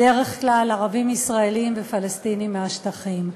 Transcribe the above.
בדרך כלל ערבים ישראלים ופלסטינים מהשטחים.